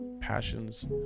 passions